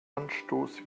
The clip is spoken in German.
anstoß